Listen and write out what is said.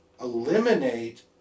eliminate